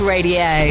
Radio